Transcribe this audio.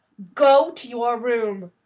go to your room,